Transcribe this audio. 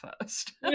first